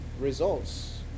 results